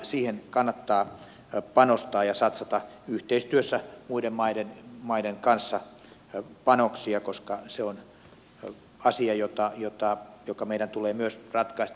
siihen kannattaa panostaa ja satsata panoksia yhteistyössä muiden maiden kanssa koska se on asia joka meidän tulee myös ratkaista